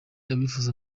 abifuza